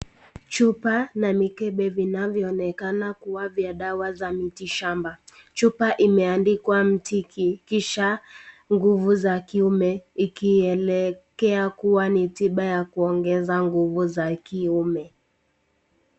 Chupa na mikebe vinavyoonekana kuwa vya dawa za miti shamba, chupa imeandikwa miti kisha nguvu za kiume ikielekea kuwa ni tiba ya kuongeza nguvu za kiume.